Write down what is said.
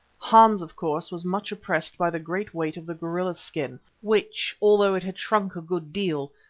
hans, of course, was much oppressed by the great weight of the gorilla skin, which, although it had shrunk a good deal,